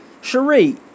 Cherie